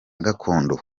gakondo